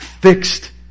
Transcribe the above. fixed